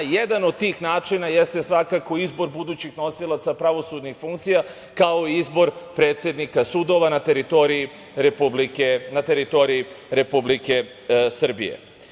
Jedan od tih načina jeste svakako izbor budućih nosilaca pravosudnih funkcija, kao i izbor predsednika sudova na teritoriji Republike Srbije.